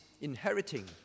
inheriting